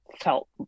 felt